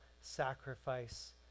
sacrifice